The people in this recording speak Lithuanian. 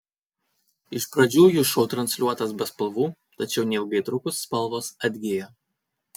iš pradžių jų šou transliuotas be spalvų tačiau neilgai trukus spalvos atgijo